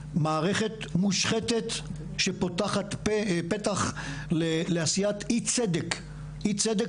מערכת מושחתת שפותחת פתח לעשיית אי צדק, אי צדק